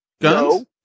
Guns